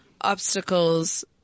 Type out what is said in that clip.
obstacles